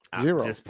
Zero